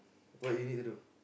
what you need to do